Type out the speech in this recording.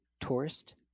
tourist